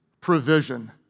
provision